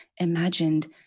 imagined